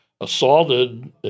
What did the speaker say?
assaulted